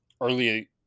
early